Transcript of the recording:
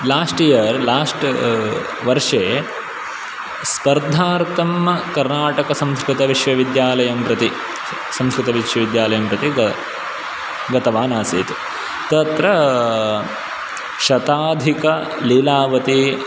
last year last वर्षे स्पर्धार्थं कर्नाटकसंस्कृतविश्वविद्यालयं प्रति संस्कृतविश्वविद्यालयं प्रति ग गतवानासीत् तत्र शताधकलीलावती